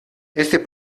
este